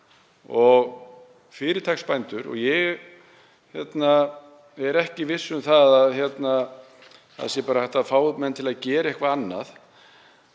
fyrirtaksbændur, og ég er ekki viss um að það sé bara hægt að fá menn til að gera eitthvað annað.